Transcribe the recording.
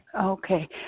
Okay